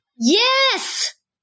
Yes